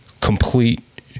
complete